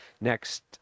next